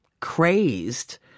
crazed